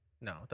No